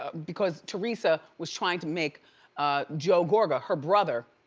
ah because teresa was trying to make joe gorga, her brother,